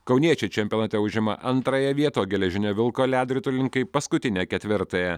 kauniečiai čempionate užima antrąją vietą o geležinio vilko ledrutulininkai paskutinę ketvirtąją